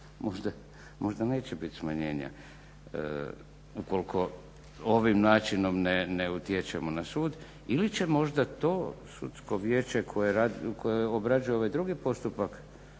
Možda neće biti smanjenja ukoliko ovim načinom ne utječemo na sud ili će možda to sudsko vijeće koje obrađuje ovaj drugi postupak